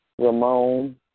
Ramon